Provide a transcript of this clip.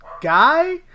guy